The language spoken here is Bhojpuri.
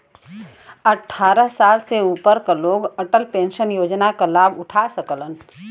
अट्ठारह साल से ऊपर क लोग अटल पेंशन योजना क लाभ उठा सकलन